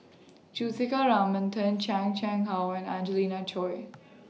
Juthika Ramanathan Chan Chang How and Angelina Choy